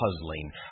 puzzling